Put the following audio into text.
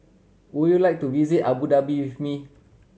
would you like to visit Abu Dhabi with me